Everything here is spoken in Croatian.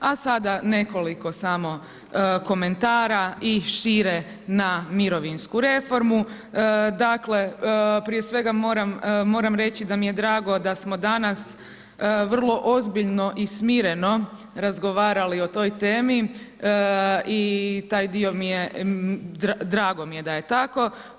A sada nekoliko samo komentara i šire na mirovinsku reformu, dakle, prije svega moram reći da mi je drago, da smo danas, vrlo ozbiljno i smireno razgovarali o toj temi i taj dio mi je drago mi je da je tako.